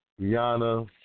Yana